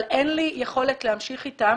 אבל אין לי יכולת להמשיך איתם